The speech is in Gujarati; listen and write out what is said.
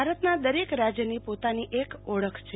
ભારતના દરેક રાજયની પોતાની એક ઓળખ છે